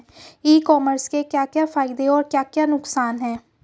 ई commerce के क्या क्या फायदे और क्या क्या नुकसान है?